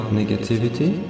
negativity